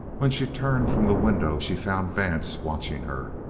when she turned from the window, she found vance watching her.